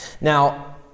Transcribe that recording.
Now